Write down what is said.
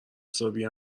حسابی